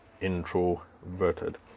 introverted